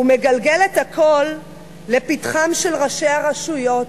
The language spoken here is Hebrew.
ומגלגל את הכול לפתחם של ראשי הרשויות,